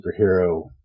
superhero